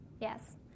Yes